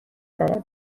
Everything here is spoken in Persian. داره